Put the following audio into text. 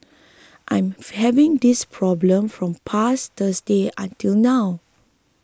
I'm having this problem from past Thursday until now